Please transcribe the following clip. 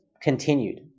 continued